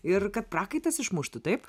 ir kad prakaitas išmuštų taip